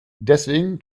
deswegen